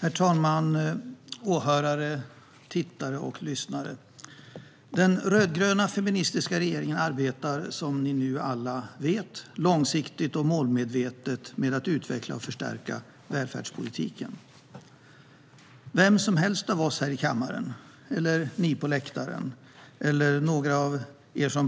Herr talman, åhörare, tittare och lyssnare! Den rödgröna feministiska regeringen arbetar, som ni nu alla vet, långsiktigt och målmedvetet med att utveckla och förstärka välfärdspolitiken. Vem som helst av oss här i kammaren eller av er som sitter på läktaren och lyssnar eller några av er som